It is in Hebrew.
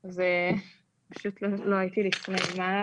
כי זה פשוט גרם להרבה מתחים ועצם הנסיעה